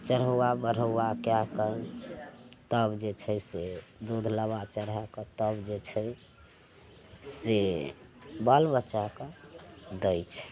चढ़ौआ बढ़ौआ कए कऽ तब जे छै से दूध लाबा चढ़ा कऽ तब जे छै से बाल बच्चाके दै छै